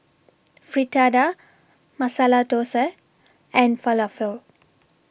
Fritada Masala Dosa and Falafel